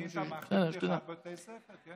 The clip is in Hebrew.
אני תמכתי בפתיחת בתי ספר, כן.